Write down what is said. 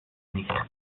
nicht